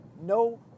No